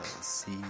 See